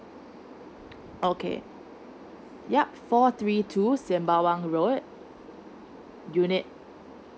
okay yup four three two sembawang road unit